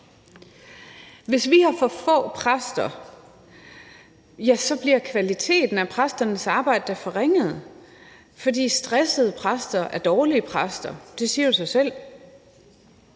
Hvis vi har for få præster, bliver kvaliteten af præsternes arbejde da forringet, for stressede præster er dårlige præster – det siger sig selv.